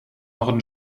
auch